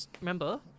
remember